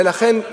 ולכן,